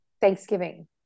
Thanksgiving